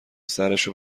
سرشو